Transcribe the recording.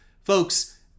Folks